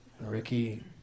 Ricky